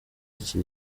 iki